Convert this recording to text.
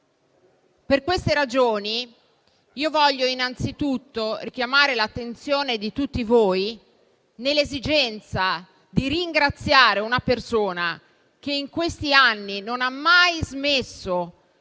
Per queste ragioni, voglio innanzitutto richiamare l'attenzione di tutti voi sull'esigenza di ringraziare una persona che in questi anni non ha mai smesso